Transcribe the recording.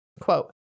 Quote